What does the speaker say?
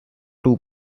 two